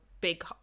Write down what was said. big